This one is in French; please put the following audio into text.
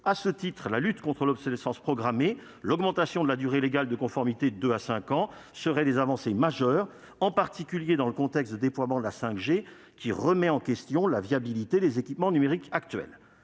À ce titre, la lutte contre l'obsolescence programmée et l'augmentation de la durée légale de conformité de deux à cinq ans seraient des avancées majeures, en particulier dans le contexte de déploiement de la 5G, qui remet en question la viabilité des équipements numériques actuels.